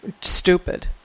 stupid